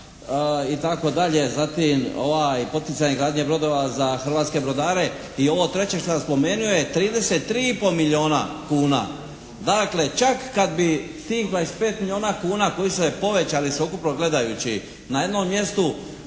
i tako dalje. Zatim poticaj izgradnje brodova za hrvatske brodare i ovo treće što sam spomenuo je 33 i po milijuna kuna. Dakle čak kad bi tih 25 milijuna kuna koji su se povećali sveukupno gledajući na jednom mjestu